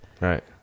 right